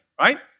right